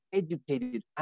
educated